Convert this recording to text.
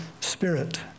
Spirit